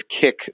kick